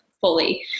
fully